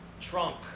trunk